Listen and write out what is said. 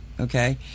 okay